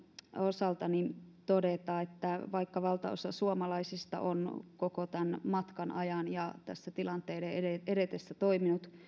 osaltani todeta että vaikka valtaosa suomalaisista on koko tämän matkan ajan ja tässä tilanteiden edetessä toiminut